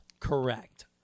Correct